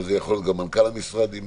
אבל זה יכול להיות גם מנכ"ל המשרד, אם